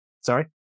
Sorry